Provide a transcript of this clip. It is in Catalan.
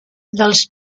dels